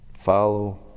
Follow